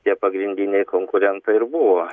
tie pagrindiniai konkurentai ir buvo